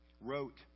wrote